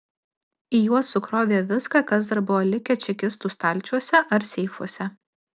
į juos sukrovė viską kas dar buvo likę čekistų stalčiuose ar seifuose